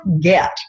get